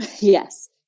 Yes